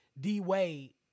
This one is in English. D-Wade